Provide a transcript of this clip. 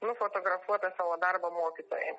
nufotografuotą savo darbą mokytojai